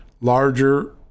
larger